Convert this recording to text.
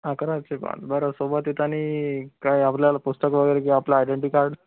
हा करा बरं सोबत येताना काही आपल्याला पुस्तक वगैरे किंवा आपलं आयडेंटी कार्ड